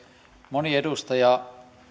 moni edustaja